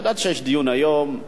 ידעתי שיש דיון היום,